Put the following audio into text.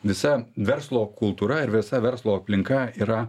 visa verslo kultūra ir visa verslo aplinka yra